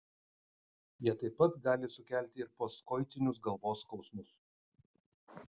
jie taip pat gali sukelti ir postkoitinius galvos skausmus